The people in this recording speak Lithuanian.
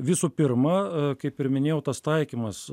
visų pirma kaip ir minėjau tas taikymas